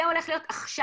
זה הולך להיות עכשיו.